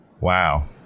wow